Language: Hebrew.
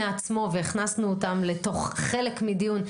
עצמו והכנסנו אותם לתוך חלק מדיון,